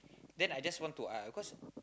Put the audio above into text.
then I just want to eh because